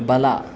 ಬಲ